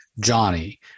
johnny